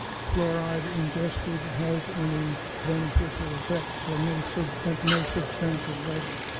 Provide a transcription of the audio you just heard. fluoride ingested has any beneficial effects, no so and no substantial level.